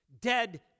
dead